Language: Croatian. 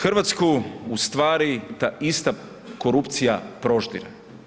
Hrvatsku ustvari ta ista korupcija proždire.